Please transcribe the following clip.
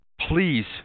please